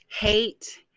hate